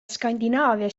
skandinaavia